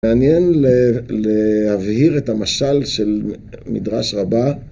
מעניין להבהיר את המשל של מדרש רבה.